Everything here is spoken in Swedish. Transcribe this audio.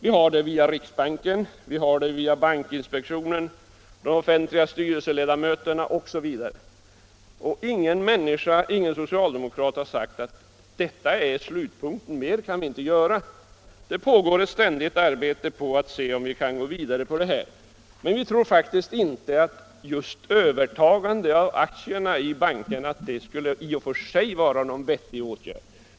Vi har denna kontroll via riksbanken, bankinspektionen, de offentliga styrelseledamöterna osv. Ingen socialdemokrat har sagt att detta är slutpunkten — mer kan vi inte göra. Det pågår en ständig diskussion om hur vi skall kunna gå vidare på den här vägen. Men vi tror faktiskt inte att just övertagande av aktierna i bankerna i och för sig skulle vara någon vettig åtgärd.